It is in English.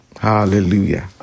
Hallelujah